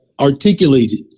articulated